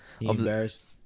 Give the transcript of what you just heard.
embarrassed